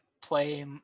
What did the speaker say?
play